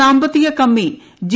സാമ്പത്തിക കമ്മി ജി